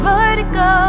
Vertigo